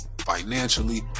Financially